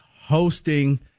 hosting